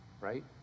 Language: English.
Right